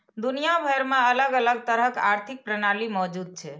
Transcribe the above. दुनिया भरि मे अलग अलग तरहक आर्थिक प्रणाली मौजूद छै